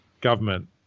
government